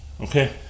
Okay